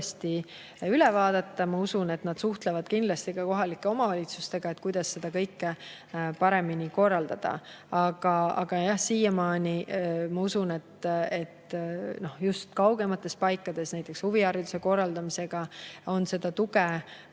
üle vaadata. Ma usun, et nad suhtlevad kindlasti ka kohalike omavalitsustega, et kuidas kõike paremini korraldada. Aga jah, siiamaani ma usun, et just kaugemates paikades näiteks huvihariduse korraldamisel on tuge